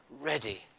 ready